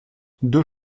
deux